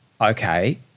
okay